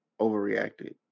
overreacted